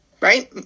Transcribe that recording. Right